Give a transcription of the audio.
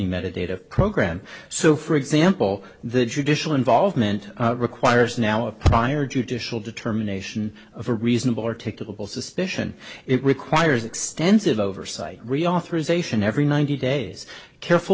meditative program so for example the judicial involvement requires now a prior judicial determination of a reasonable articulable suspicion it requires extensive oversight reauthorization every ninety days careful